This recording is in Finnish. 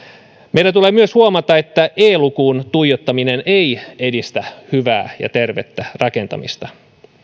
meidän tulee myös huomata että e lukuun tuijottaminen ei edistä hyvää ja tervettä rakentamista